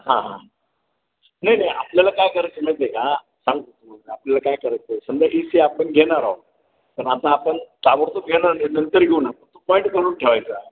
हां हां नाही नाही आपल्याला काय करायचं आहे माहीत आहे का आपल्याला काय करायचं आहे संध्याकाळी आपण घेणार आहो पण आता आपण ताबडतोब घेणार नाही नंतर घेऊ आपण तो पॉईंट करून ठेवायचा